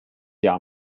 jahr